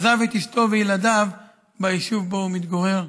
עזב את אשתו וילדיו ביישוב שבו הוא מתגורר.